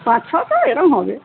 পাঁচ ছশো এরকম হবে